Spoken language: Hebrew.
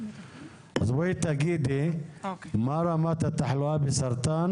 אז בואי תגידי מה רמת התחלואה בסרטן